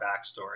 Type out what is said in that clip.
backstory